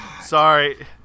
Sorry